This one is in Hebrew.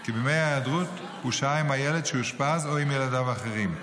כי בימי ההיעדרות הוא שהה עם הילד שאושפז או עם ילדיו האחרים.